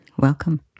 welcome